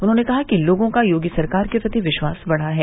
उन्होंने कहा कि लोगों का योगी सरकार के प्रति विश्वास बढ़ा है